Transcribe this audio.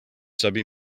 stubby